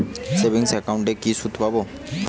Savings একাউন্টে কি সুদ পাব?